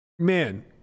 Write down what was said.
Man